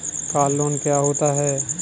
Car loan क्या होता है?